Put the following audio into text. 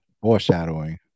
Foreshadowing